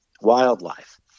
wildlife